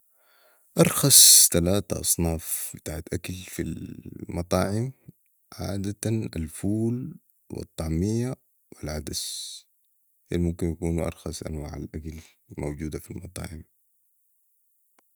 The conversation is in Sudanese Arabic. أرخص تلاته اصناف بتاعت اكل في المطاعم عادتنا الفول والطعميه والعدس ديل ممكن يكونو أرخص انواع الأكل الموجودة في المطاعم